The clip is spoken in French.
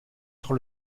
sur